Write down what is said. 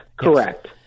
Correct